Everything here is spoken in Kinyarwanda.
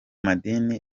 madini